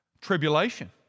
tribulation